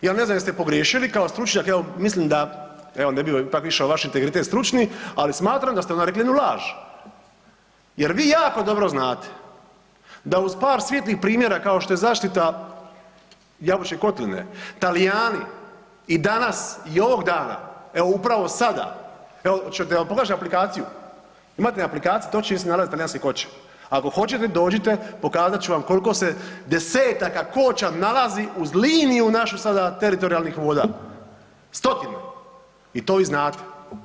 Ja ne znam jeste pogriješili kao stručnjak evo mislim da evo ne bi ipak išao u vaš integritet stručni, ali smatram da ste onda rekli jednu laž jer vi jako dobro znate da uz par svijetlih primjera kao što je zaštita Jabučke kotline, Talijani i danas i ovog dana, evo upravo sada, evo ček da vam pokažem aplikaciju, imate na aplikaciji točno gdje se nalaze talijanske koće, ako hoćete dođite pokazat ću vam kolko se desetaka koća nalazi uz liniju našu sada teritorijalnih voda, stotine i to vi znate.